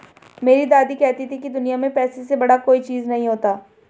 मेरी दादी कहती थी कि दुनिया में पैसे से बड़ा कोई चीज नहीं होता